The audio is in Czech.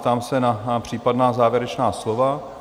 Ptám se na případná závěrečná slova.